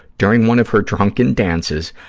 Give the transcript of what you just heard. during one of her drunken dances,